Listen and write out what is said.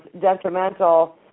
detrimental